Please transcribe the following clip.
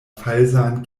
falsan